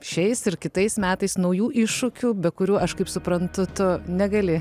šiais ir kitais metais naujų iššūkių be kurių aš kaip suprantu tu negali